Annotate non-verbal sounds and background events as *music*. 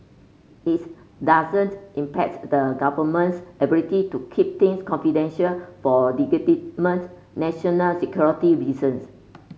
its doesn't impedes the Government's ability to keep things confidential for *unintelligible* national security reasons